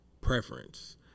preference